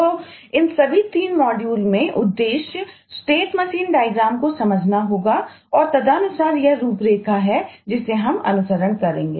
तो इन सभी 3 मॉड्यूल में उद्देश्य स्टेट मशीन डायग्राम को समझना होगा और तदनुसार यह रूपरेखा है जिसे हम अनुसरण करेंगे